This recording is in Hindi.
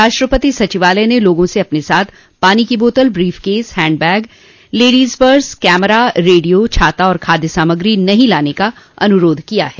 राष्ट्रपति सचिवालय ने लोगों से अपने साथ पानी की बातल briefcase handbag ladies purse camera radio छाता और खाद्य सामग्री नहीं लाने का अनुरोध किया है